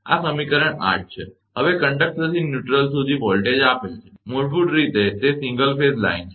હવે કંડક્ટરથી ન્યુટ્રલ સુધી વોલ્ટેજ આપેલ છે મૂળભૂત રીતે તે સિંગલ ફેઝ લાઇન છે